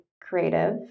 creative